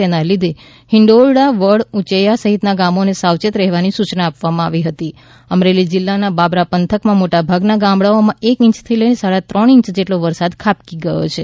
તેના લીધે હિંડોરણા વડ ઉંચેયા સહિતના ગામોને સાવચેત રહેવાની સૂચના આપવામાં આવી હતી અમરેલી જિલ્લાના બાબરા પંથકના મોટાભાગના ગામડાઓમાં એક ઇંચથી લઈને સાડા ત્રણ ઇંચ જેટલો વરસાદ ખાબકી ગયો છે